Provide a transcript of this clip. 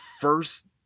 first